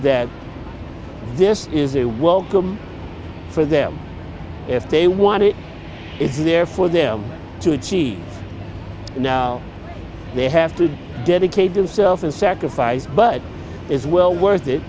that this is a welcome for them if they want it it's there for them to achieve they have to dedicate themselves and sacrifice but it's well worth it